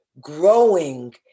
growing